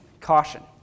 caution